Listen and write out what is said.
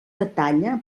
detalla